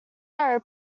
arrow